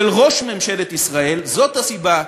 של ראש ממשלת ישראל, זאת הסיבה שאני,